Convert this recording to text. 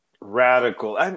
radical